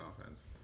offense